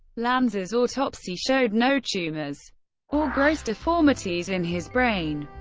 lanza's autopsy showed no tumors or gross deformities in his brain.